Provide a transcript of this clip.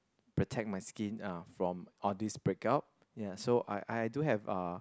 protect my skin uh from all these breakout ya so I I do have uh